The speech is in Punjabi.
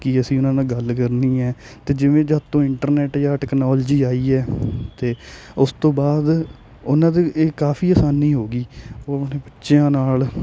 ਕਿ ਅਸੀਂ ਉਨ੍ਹਾਂ ਨਾਲ ਗੱਲ ਕਰਨੀ ਹੈ ਅਤੇ ਜਿਵੇਂ ਜਦ ਤੋਂ ਇੰਟਰਨੈੱਟ ਜਾਂ ਟੈਕਨੋਲਜੀ ਆਈ ਹੈ ਅਤੇ ਉਸ ਤੋਂ ਬਾਅਦ ਉਨ੍ਹਾਂ ਦੇ ਇਹ ਕਾਫ਼ੀ ਹਾਨੀ ਹੋਗੀ ਉਹ ਬੱਚਿਆਂ ਨਾਲ